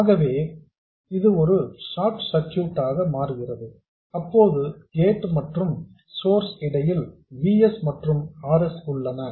ஆகவே இது ஒரு ஷார்ட் சர்க்யூட் ஆக மாறுகிறது அப்போது கேட் மற்றும் சோர்ஸ் இடையில் V s மற்றும் R s உள்ளன